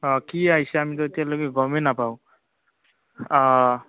অঁ কি আহিছে আমিটো এতিয়ালৈকে গমে নাপাওঁ অঁ